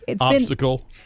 Obstacle